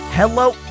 Hello